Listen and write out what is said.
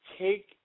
take